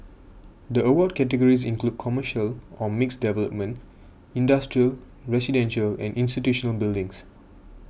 the award categories include commercial or mixed development industrial residential and institutional buildings